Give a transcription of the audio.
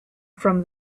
from